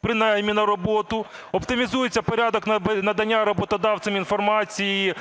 при наймі на роботу, оптимізується порядок надання роботодавцем інформації